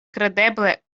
kredeble